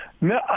No